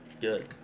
Good